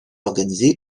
organisé